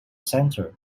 center